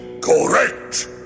Correct